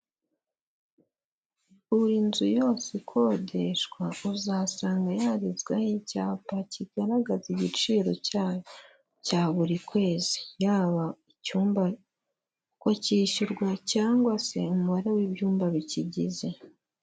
Buri nzu yose ikodeshwa uzasanga yanditsweho icyapa kigaragaza igiciro cyayo cya buri kwezi, yaba icyumba uko cyishyurwa cyangwa se umubare w'ibyumba bikigize.